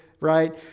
right